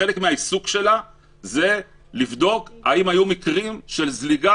שחלק מהעיסוק שלה זה לבדוק האם היו מקרים של זליגה,